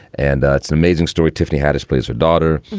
and that's amazing story. tiffany haddish plays her daughter,